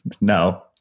No